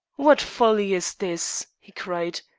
what folly is this, he cried.